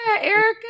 Erica